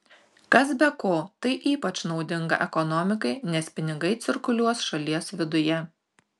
kas be ko tai ypač naudinga ekonomikai nes pinigai cirkuliuos šalies viduje